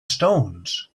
stones